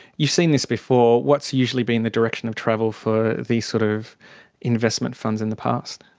you've seen this before, what's usually been the direction of travel for the sort of investment funds in the past?